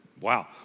wow